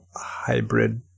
hybrid